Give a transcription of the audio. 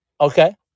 Okay